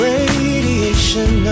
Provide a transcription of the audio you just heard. Radiation